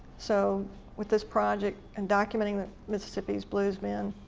so with this project and documenting mississippi's blues men,